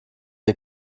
ihr